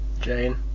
Jane